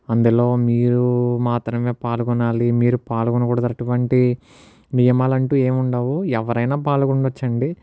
అందులో మీరు మాత్రమే పాల్గొనాలి మీరు పాల్గొనకూడదు వంటి నియమాలు అంటూ ఏమీ ఉండవు ఎవరైనా పాల్గొనవచ్చు అండి